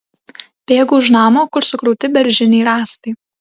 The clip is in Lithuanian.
bėgu už namo kur sukrauti beržiniai rąstai